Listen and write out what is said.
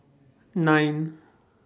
nine